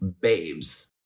babes